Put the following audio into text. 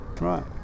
Right